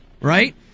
Right